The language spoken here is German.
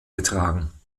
getragen